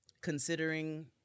considering